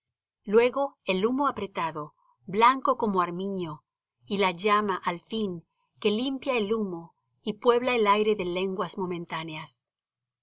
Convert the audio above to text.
luego el humo apretado blanco como armiño y la llama al fin que limpia el humo y puebla el aire de lenguas momentáneas